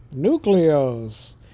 Nucleos